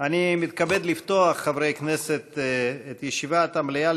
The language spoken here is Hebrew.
הצעות לסדר-היום מס' 11082, 11172,